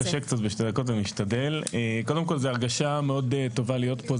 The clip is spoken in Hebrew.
קודם כל זו הרגשה מאוד טובה להיות פה.